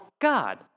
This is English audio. God